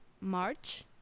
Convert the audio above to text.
March